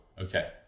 Okay